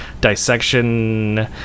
dissection